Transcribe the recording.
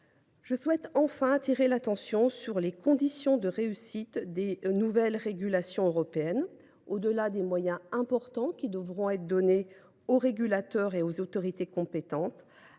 Je souhaite enfin appeler votre attention sur les conditions de réussite des nouvelles régulations européennes. Au delà des moyens importants à octroyer aux régulateurs et aux autorités compétentes